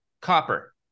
copper